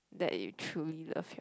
that you truly love your